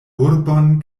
urbon